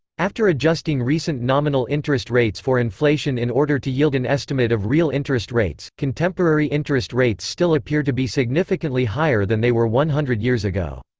after adjusting recent nominal interest rates for inflation in order to yield an estimate of real interest rates, contemporary interest rates still appear to be significantly higher than they were one-hundred years ago.